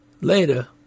Later